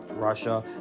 Russia